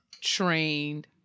trained